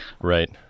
Right